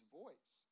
voice